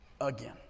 Again